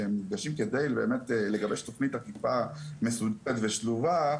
שהם נפגשים על מנת באמת לגבש תכנית אכיפה מסודרת ושלובה,